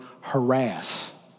harass